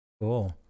Cool